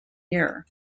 year